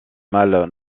mâles